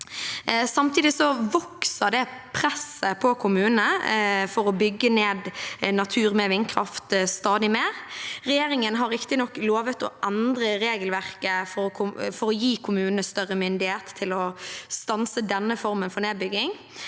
ta vare på mer natur i 2023 kommunene natur med vindkraft stadig mer. Regjeringen har riktignok lovt å endre regelverket for å gi kommunene større myndighet til å stanse denne formen for nedbygging.